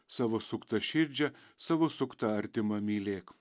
savo sukta širdžia savo suktą artimą mylėk